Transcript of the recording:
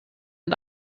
und